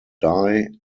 die